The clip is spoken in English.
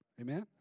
Amen